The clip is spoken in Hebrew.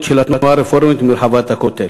של התנועה הרפורמית מרחבת הכותל.